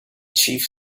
chief